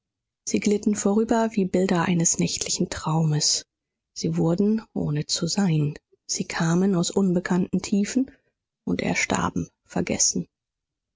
sie glitten vorüber wie die bilder eines nächtlichen traumes sie wurden ohne zu sein sie kamen aus unbekannten tiefen und erstarben vergessen